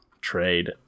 trade